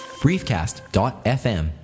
briefcast.fm